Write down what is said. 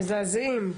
מזעזעים.